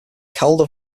calder